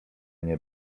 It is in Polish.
nie